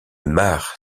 marc